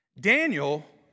Daniel